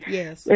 yes